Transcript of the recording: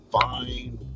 fine